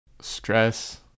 stress